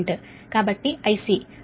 కాబట్టి IC IC అంటే 148